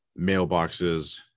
mailboxes